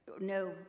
no